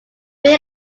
main